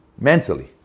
mentally